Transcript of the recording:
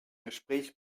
gespräch